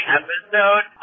episode